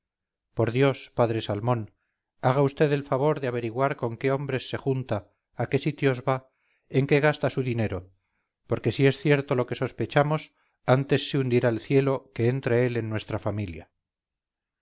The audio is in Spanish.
por dios padre salmón haga vd el favor de averiguar con qué hombres se junta a qué sitios va en qué gasta su dinero porque si es cierto lo que sospechamos antes se hundirá el cielo que entre él en nuestra familia